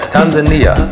Tanzania